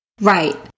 Right